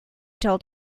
told